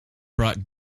brought